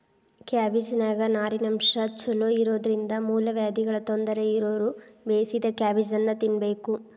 ಕ್ಯಾಬಿಜ್ನಾನ್ಯಾಗ ನಾರಿನಂಶ ಚೋಲೊಇರೋದ್ರಿಂದ ಮೂಲವ್ಯಾಧಿಗಳ ತೊಂದರೆ ಇರೋರು ಬೇಯಿಸಿದ ಕ್ಯಾಬೇಜನ್ನ ತಿನ್ಬೇಕು